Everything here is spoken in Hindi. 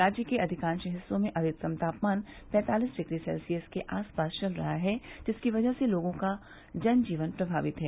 राज्य के अधिकांश हिस्सों में अधिकतम तापमान पैतालीस डिग्री सेल्सियस के आसपास चल रहा है जिसकी वजह से लोगों का जन जीवन प्रमावित है